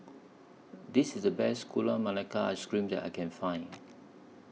This IS The Best Gula Melaka Ice Cream that I Can Find